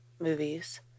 movies